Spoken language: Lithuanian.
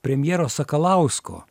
premjero sakalausko